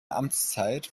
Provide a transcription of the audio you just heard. amtszeit